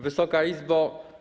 Wysoka Izbo!